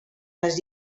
les